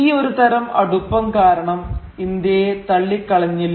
ഈ ഒരു തരം അടുപ്പം കാരണം ഇന്ത്യയെ തള്ളിക്കളഞ്ഞില്ല